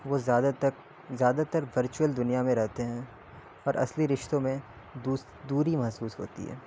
وہ زیادہ تک زیادہ تر ورچوئل دنیا میں رہتے ہیں اور اصلی رشتوں میں دوری محسوس ہوتی ہے